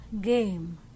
Game